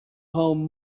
home